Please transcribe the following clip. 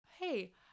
hey